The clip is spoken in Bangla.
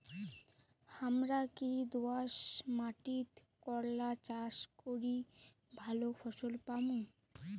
হামরা কি দোয়াস মাতিট করলা চাষ করি ভালো ফলন পামু?